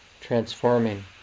transforming